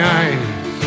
eyes